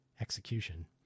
execution